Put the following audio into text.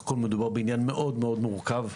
מדובר בעניין מאוד מאוד מורכב,